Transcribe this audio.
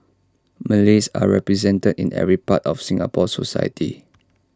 Malays are represented in every part of Singapore society